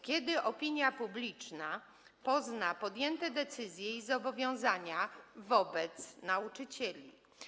Kiedy opinia publiczna pozna podjęte decyzje i zobowiązania wobec nauczycieli?